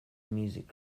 music